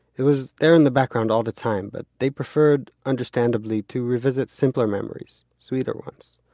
it was there in the background all the time, but they prefered, understandably, to revisit simpler memories, sweeter ones.